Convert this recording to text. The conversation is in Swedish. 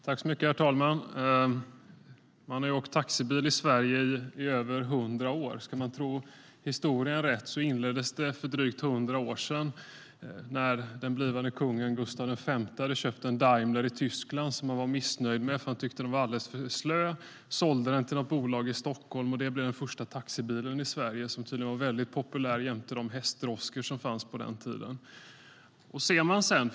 Herr talman! Man har åkt taxibil i Sverige i över 100 år. Om vi ska tro historien inleddes taxiåkandet för drygt 100 år sedan när blivande kung Gustaf V hade köpt en Daimler i Tyskland som han var missnöjd med eftersom han tyckte att den var alldeles för slö. Bilen såldes till ett bolag i Stockholm, och det blev den första taxibilen i Sverige. Den var tydligen populär jämte de hästdroskor som fanns på den tiden.